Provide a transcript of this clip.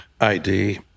ID